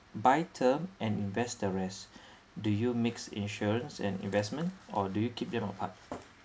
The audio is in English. buy term and invest the rest do you mix insurance and investment or do you keep them apart